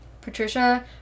Patricia